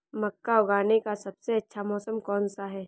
मक्का उगाने का सबसे अच्छा मौसम कौनसा है?